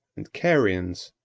and carians,